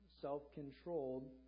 Self-controlled